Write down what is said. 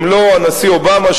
אם לא הנשיא אובמה,